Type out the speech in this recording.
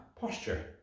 posture